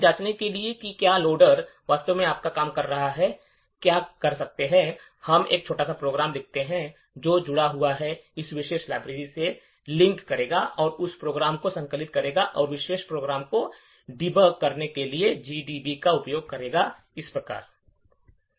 तो यह जांचने के लिए कि क्या लोडर वास्तव में अपना काम कर रहा है कि हम क्या कर सकते हैं हम एक छोटा सा प्रोग्राम लिख सकते हैं जो जुड़ा हुआ है जो इस विशेष लाइब्रेरी से लिंक करेगा जो उस प्रोग्राम को संकलित करेगा और उस विशेष प्रोग्राम को डीबग करने के लिए GDB का उपयोग करेगा इस प्रकार है